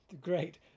great